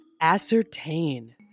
Ascertain